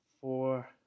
four